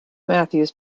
matthews